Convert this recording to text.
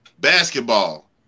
basketball